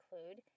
include